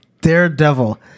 daredevil